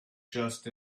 just